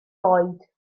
oed